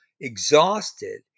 exhausted